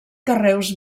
carreus